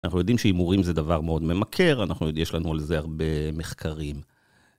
אנחנו יודעים שהימורים זה דבר מאוד ממכר, אנחנו יודעים, יש לנו על זה הרבה מחקרים.